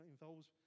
involves